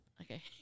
Okay